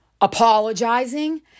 apologizing